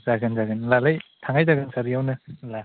जागोन जागोन होमलालाय थांनाय जागोन सार बेयावनो होमब्ला